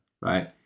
right